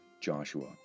Joshua